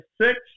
six